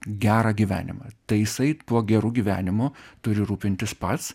gerą gyvenimą tai jisai tuo geru gyvenimu turi rūpintis pats